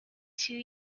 two